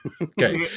okay